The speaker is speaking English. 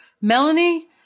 Melanie